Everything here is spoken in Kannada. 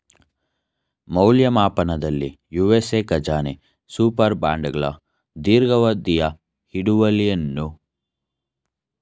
ಮೌಲ್ಯಮಾಪನದಲ್ಲಿ ಯು.ಎಸ್.ಎ ಖಜಾನೆ ಸೂಪರ್ ಬಾಂಡ್ಗಳ ದೀರ್ಘಾವಧಿಯ ಹಿಡುವಳಿಯನ್ನ ಅಪಾಯ ಮುಕ್ತ ರಿಟರ್ನ್ ದರವೆಂದು ಶೇಖರಿಸಲಾಗುತ್ತೆ